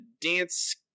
dance